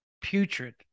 putrid